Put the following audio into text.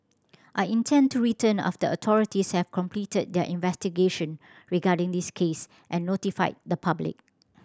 I intend to return after authorities have completed their investigation regarding this case and notified the public